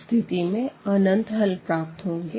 इस स्थिति में अनंत हल प्राप्त होंगे